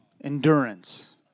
endurance